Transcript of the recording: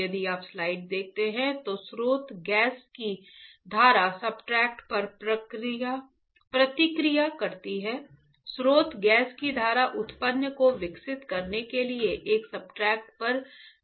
यदि आप स्लाइड देखते हैं तो स्रोत गैस की धारा सब्सट्रेट पर प्रतिक्रिया करती है स्रोत गैस की धारा उत्पाद को विकसित करने के लिए एक सब्सट्रेट पर प्रतिक्रिया करती है